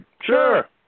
Sure